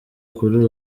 kuri